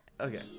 okay